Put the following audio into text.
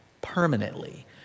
permanently